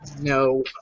No